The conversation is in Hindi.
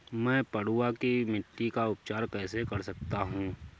मैं पडुआ की मिट्टी का उपचार कैसे कर सकता हूँ?